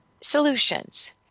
solutions